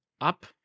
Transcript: up